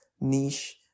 niche